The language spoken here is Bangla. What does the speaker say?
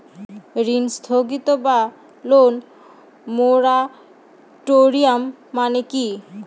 ঋণ স্থগিত বা লোন মোরাটোরিয়াম মানে কি?